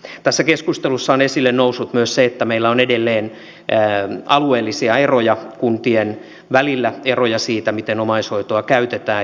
tässä keskustelussa on esille noussut myös se että meillä on edelleen alueellisia eroja kuntien välillä eroja siinä miten omaishoitoa käytetään